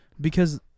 Because-